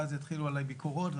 ואז יתחילו עליי ביקורות.